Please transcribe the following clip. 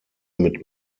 mit